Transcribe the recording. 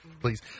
Please